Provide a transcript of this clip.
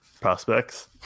prospects